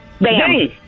Bam